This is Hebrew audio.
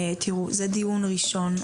תראו, זה דיון ראשון.